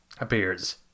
appears